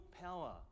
power